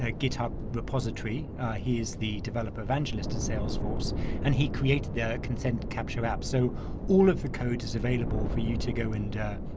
ah github repository he is the developer evangelist at salesforce and he created their consent capture app so all of the code is available for you to go and